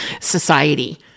society